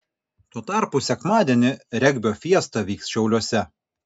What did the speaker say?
tuo tarpu sekmadienį regbio fiesta vyks šiauliuose